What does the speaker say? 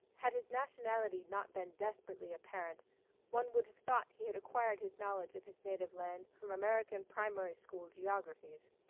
had his nationality not been desperately apparent one would have thought he had acquired his knowledge of his native land from american primary-school geographies.